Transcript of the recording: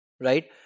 Right